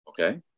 Okay